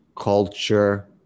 culture